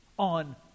on